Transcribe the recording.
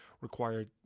required